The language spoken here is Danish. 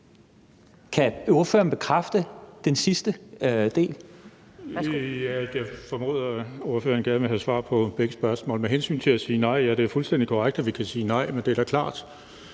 Kan ordføreren bekræfte den sidste del?